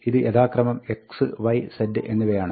ഇത് യഥാക്രമം x y z എന്നിവയാണ്